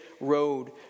road